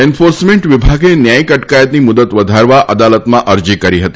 enforcement વિભાગે ન્યાયિક અટકાયતની મુદ્દત વધારવા અદાલતમાં અરજી કરી હતી